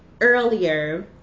earlier